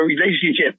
relationship